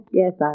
yes